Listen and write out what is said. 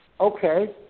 Okay